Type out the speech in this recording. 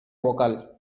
vocal